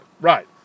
Right